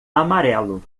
amarelo